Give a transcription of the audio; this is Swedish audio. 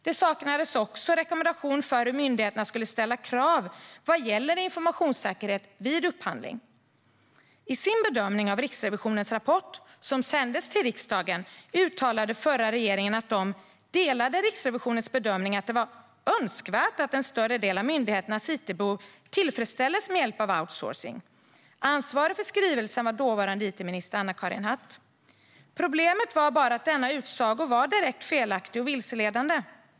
Det saknades också en rekommendation för hur myndigheterna skulle ställa krav vad gäller informationssäkerhet vid upphandling. Den förra regeringen uttalade i sin bedömning av Riksrevisionens rapport, som sändes till riksdagen, att den delade Riksrevisionens bedömning att det var önskvärt att en större del av myndigheternas it-behov tillfredsställdes med hjälp av outsourcing. Ansvarig för skrivelsen var dåvarande it-minister Anna-Karin Hatt. Problemet var bara att denna utsaga var direkt felaktig och vilseledande.